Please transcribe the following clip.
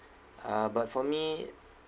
uh but for me